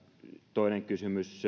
toinen kysymys